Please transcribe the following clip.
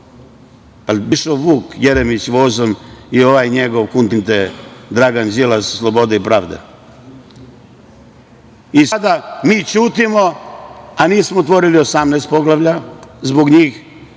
li bi išao Vuk Jeremić vozom i ovaj njegov Dragan Đilas, slobode i pravde? Sada mi ćutimo, a nismo otvorili 18 poglavlja zbog njih,